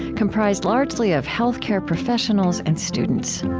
comprised largely of health care professionals and students